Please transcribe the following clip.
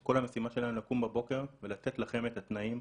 כל המשימה שלנו היא לקום בבוקר ולתת לכם את התנאים,